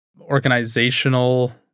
organizational